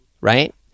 right